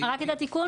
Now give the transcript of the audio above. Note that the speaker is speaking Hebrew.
רק את התיקון?